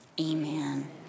Amen